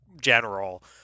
general